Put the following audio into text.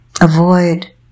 avoid